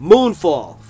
Moonfall